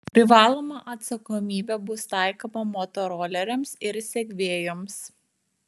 privaloma atsakomybė bus taikoma motoroleriams ir segvėjams